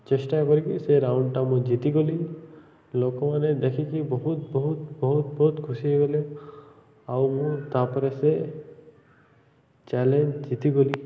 ଚେଷ୍ଟା କରିକି ସେ ରାଉଣ୍ଡଟା ମୁଁ ଜିତିଗଲି ଲୋକମାନେ ଦେଖିକି ବହୁତ ବହୁତ ବହୁତ ବହୁତ ଖୁସି ହେଇଗଲେ ଆଉ ମୁଁ ତାପରେ ସେ ଚ୍ୟାଲେଞ୍ଜ ଜିତିଗଲି